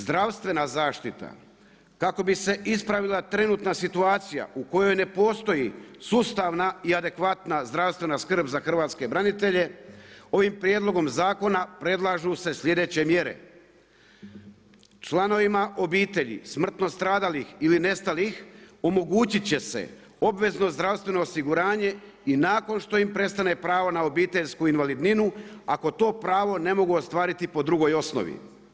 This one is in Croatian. Zdravstvena zaštita, kako bi se ispravila trenutna situacija u kojoj ne postoji sustavna i adekvatna zdravstvena skrb za hrvatske branitelje, ovim prijedlogom zakona predlažu se sljedeće mjere, članovima obitelji smrtno stradalih ili nestalih omogućit će se obvezno zdravstveno osiguranje i nakon što im prestane pravo na obiteljsku invalidninu ako to pravo ne mogu ostvariti po drugoj osnovi.